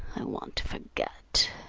i want to forget.